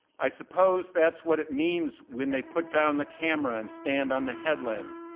i suppose that's what it means when they put down the camera and stand on the headland,